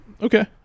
Okay